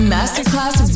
Masterclass